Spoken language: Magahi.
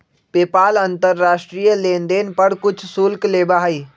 पेपाल अंतर्राष्ट्रीय लेनदेन पर कुछ शुल्क लेबा हई